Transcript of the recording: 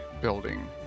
building